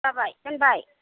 जाबाय दोनबाय